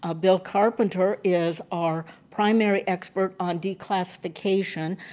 ah bill carpenter is our primary expert on declassification,